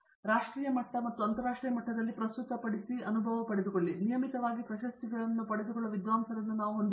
ಆದ್ದರಿಂದ ರಾಷ್ಟ್ರೀಯ ಮಟ್ಟದಲ್ಲಿ ಮತ್ತು ಅಂತರಾಷ್ಟ್ರೀಯ ಮಟ್ಟದಲ್ಲಿ ಪ್ರಸ್ತುತಪಡಿಸುವ ಮತ್ತು ನಿಯಮಿತವಾಗಿ ಪ್ರಶಸ್ತಿಗಳನ್ನು ಪಡೆದುಕೊಳ್ಳುವ ವಿದ್ವಾಂಸರನ್ನು ನಾವು ಹೊಂದಿದ್ದೇವೆ